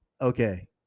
Okay